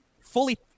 fully